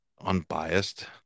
unbiased